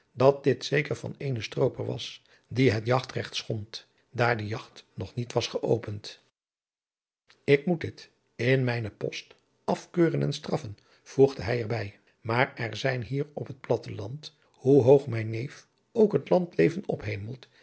dat dit zeker van eenen strooper was die het jagtregt schond daar de jagt nog niet was geopend ik moet dit in mijnen post askeuren en straffen voegde hij er bij maar er zijn hier op het platte land hoe hoog mijn neef ook het landleven ophemelt